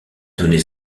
donné